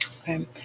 Okay